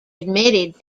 admitted